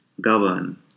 govern